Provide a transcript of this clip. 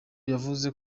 yavuze